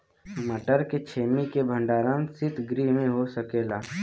मटर के छेमी के भंडारन सितगृह में हो सकेला?